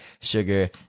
sugar